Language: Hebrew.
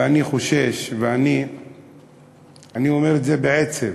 ואני חושש, ואני אומר את זה בעצב,